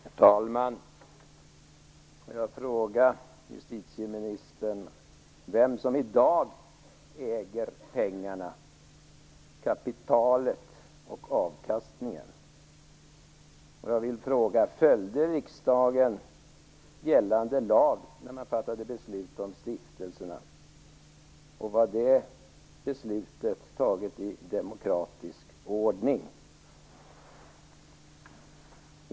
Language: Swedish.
Herr talman! Får jag fråga justitieministern vem som i dag äger pengarna - kapitalet och avkastningen? Jag vill också fråga: Följde riksdagen gällande lag när den fattade beslut om stiftelserna, och var det beslutet fattat i demokratisk ordning?